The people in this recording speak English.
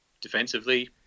defensively